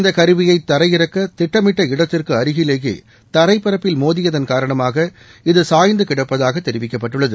இந்தக்கருவியை தரையிறக்க திட்டமிட்ட இடத்திற்கு அருகிலேயே தரைப் பரப்பில் மோதியதன் காரணமாக இது சாய்ந்து கிடப்பதாக தெரிவிக்கப்பட்டுள்ளது